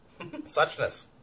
suchness